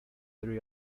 three